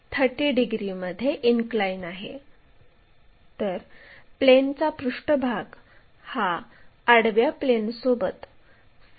त्याची त्रिज्या ही p r घ्यावी ज्यामुळे आपण बिंदू r1 काढू शकतो